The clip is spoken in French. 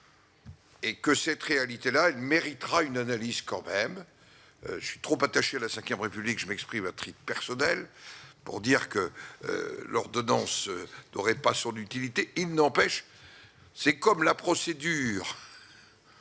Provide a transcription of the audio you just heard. Et que cette réalité là il méritera une analyse quand même, je suis trop attaché à la Ve République, je m'exprime Atrides personnel pour dire que l'ordonnance n'aurait pas son utilité, il n'empêche, c'est comme la procédure